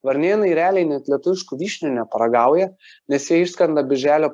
varnėnai realiai net lietuviškų vyšnių neparagauja nes jie išskrenda birželio